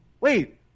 wait